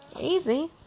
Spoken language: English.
Easy